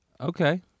Okay